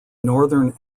northern